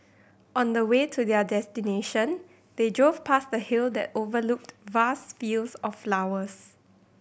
on the way to their destination they drove past a hill that overlooked vast fields of flowers